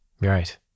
right